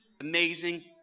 amazing